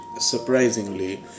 surprisingly